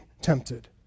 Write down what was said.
tempted